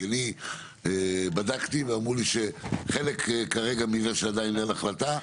אני בדקתי ואמרו לי שחלק כרגע בגלל שעדיין אין החלטה.